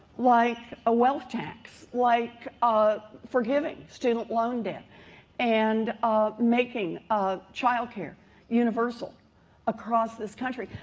like a wealth tax. like ah forgiving student loan debt and making a child care universal across this country.